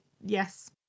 Yes